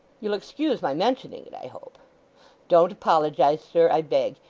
you'll excuse my mentioning it, i hope don't apologise, sir, i beg.